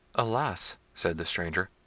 alas! said the stranger,